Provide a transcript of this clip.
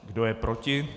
Kdo je proti?